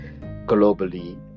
globally